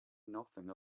nothing